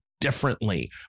differently